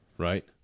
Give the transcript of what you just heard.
Right